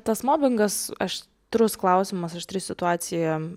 tas mobingas aštrus klausimas aštri situacija